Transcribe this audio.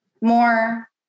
more